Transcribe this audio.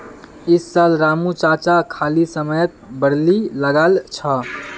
इस साल रामू चाचा खाली समयत बार्ली लगाल छ